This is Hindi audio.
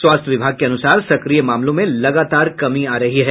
स्वास्थ्य विभाग के अनुसार सक्रिय मामलों में लगातार कमी आ रही है